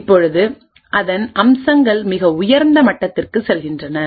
இப்போது அதன் அம்சங்கள் மிக உயர்ந்த மட்டத்திற்கு செல்கின்றன